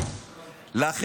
לא טובעים,